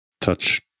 Touch